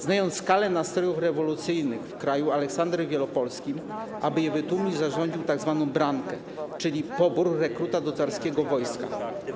Znając skalę nastrojów rewolucyjnych w kraju, Aleksander Wielopolski, aby je wytłumić, zarządził tzw. brankę, czyli pobór rekruta do carskiego wojska.